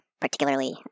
particularly